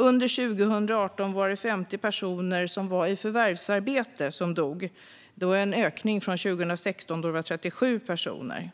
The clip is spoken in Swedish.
Under 2018 var det 50 personer i förvärvsarbete som dog, vilket är en ökning från 2016, då det var 37 personer.